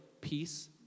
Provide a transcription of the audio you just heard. peace